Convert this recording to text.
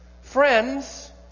friends